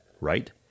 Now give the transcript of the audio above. right